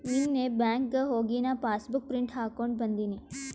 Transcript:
ನೀನ್ನೇ ಬ್ಯಾಂಕ್ಗ್ ಹೋಗಿ ನಾ ಪಾಸಬುಕ್ ಪ್ರಿಂಟ್ ಹಾಕೊಂಡಿ ಬಂದಿನಿ